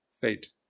fate